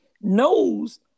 knows